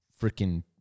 freaking